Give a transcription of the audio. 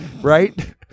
right